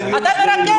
אני לא מדבר בשפה צבאית.